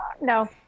no